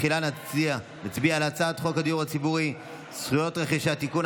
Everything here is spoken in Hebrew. תחילה נצביע על הצעת חוק הדיור הציבורי (זכויות רכישה) (תיקון,